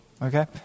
Okay